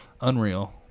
Unreal